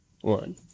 one